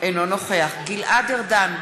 אינו נוכח גלעד ארדן,